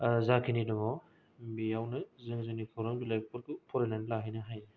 जाखिनि दङ बेयावनो जों जोंनि खौरां बिलायफोरखौ फरायनानै लाहैनो हायो